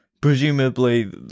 presumably